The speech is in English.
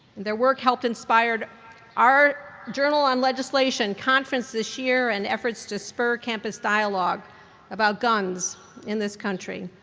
their work helped inspire our journal on legislation conference this year and efforts to spur campus dialogue about guns in this country.